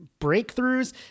breakthroughs